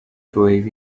believe